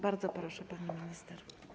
Bardzo proszę, pani minister.